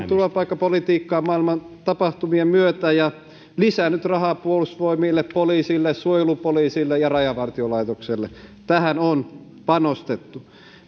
turvapaikkapolitiikkaa maailman tapahtumien myötä ja lisännyt rahaa puolustusvoimille poliisille suojelupoliisille ja rajavartiolaitokselle tähän on panostettu